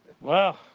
wow